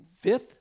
Fifth